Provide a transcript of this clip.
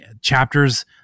chapters